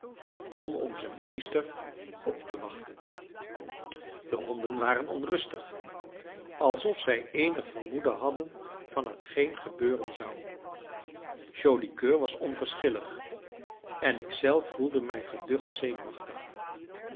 om onzen meester op te wachten de honden waren onrustig alsof zij eenig vermoeden hadden van hetgeen gebeuren zou joli coeur was onverschillig en ik zelf voelde mij geducht zenuwachtig